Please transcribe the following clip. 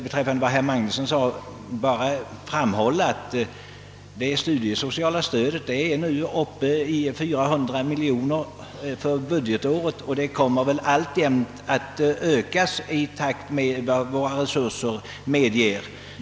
Beträffande vad herr Magnusson sade vill jag bara framhålla att det studiesociala stödet nu är uppe i 400 miljoner kronor för budgetåret, och siffran kommer väl alltjämt att öka i takt med vad våra resurser medger.